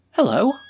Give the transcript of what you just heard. Hello